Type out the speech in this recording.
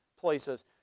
places